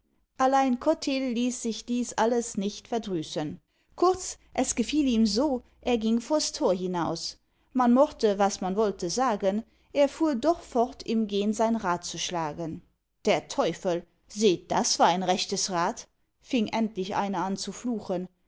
allein cotill ließ sich dies alles nicht verdrüßen kurz es gefiel ihm so er ging vors tor hinaus man mochte was man wollte sagen er fuhr doch fort im gehn sein rad zu schlagen der teufel seht das war ein rechtes rad fing endlich einer an zu fluchen